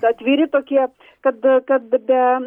atviri tokie kad kad be